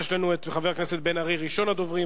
חבר הכנסת מיכאל בן-ארי, ראשון הדוברים.